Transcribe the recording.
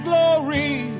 Glory